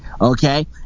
Okay